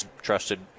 trusted